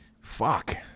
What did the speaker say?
Fuck